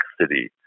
city